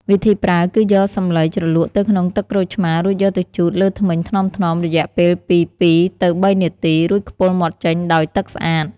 វិធីប្រើគឺយកសំឡីជ្រលក់ទៅក្នុងទឹកក្រូចឆ្មារ រួចយកទៅជូតលើធ្មេញថ្នមៗរយៈពេលពី ២ ទៅ ៣ នាទី រួចខ្ពុរមាត់ចេញដោយទឹកស្អាត។